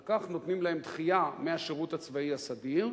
על כך נותנים להם דחייה מהשירות הצבאי הסדיר.